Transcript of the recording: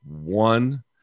one